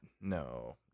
No